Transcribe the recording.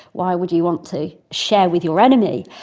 why would you want to share with your enemy?